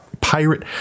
Pirate